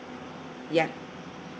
ya